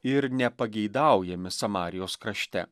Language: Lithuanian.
ir nepageidaujami samarijos krašte